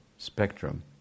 Spectrum